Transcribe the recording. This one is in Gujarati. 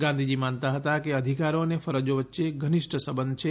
ગાંધીજી માનતા હતા કે અધિકારો અને ફરજો વચ્ચે ઘનિષ્ઠ સંબંધ છે